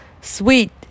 Sweet